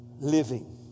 living